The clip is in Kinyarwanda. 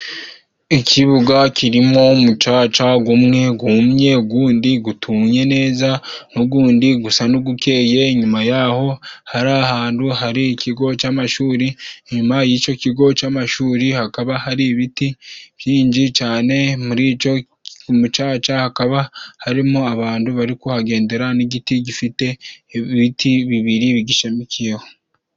Ikibuga kirimo umucaca gumwe gumye ugundi gutumye neza, n'ugundi gusa n'ugukeye. Inyuma ya ho hari ahantu hari ikigo cy'amashuri. Nyuma y'icyo kigo cy'amashuri hakaba hari ibiti byinji cyane, muri icyo umucaca hakaba harimo abantu bari kuhagendera, n'igiti gifite ibiti bibiri bigishamikiyeho.